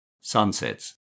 sunsets